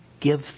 give